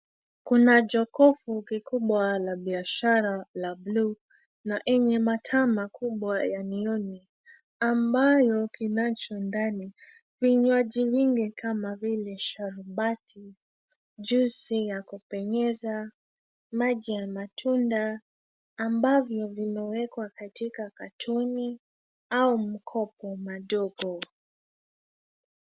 Kuna jokofu kikubwa la biashara la buluu na enye mataa makubwa ya neoni ambayo kinacho ndani vinywaji nyingi kama vile sharubati, juisi ya kupenyeza, maji ya matunda, ambavyo vimewekwa katika katoni au mkopo madogo.